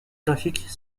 graphique